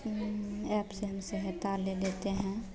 app से हम सहायता ले लेते हैं